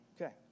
Okay